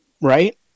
Right